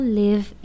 live